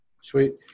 sweet